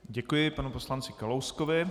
Děkuji panu poslanci Kalouskovi.